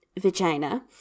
vagina